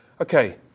okay